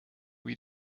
wie